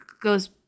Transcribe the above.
goes